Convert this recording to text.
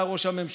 אתה, ראש הממשלה,